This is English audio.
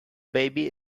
baby